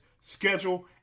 schedule